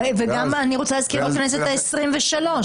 וגם אני רוצה להזכיר בכנסת ה-23,